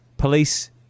police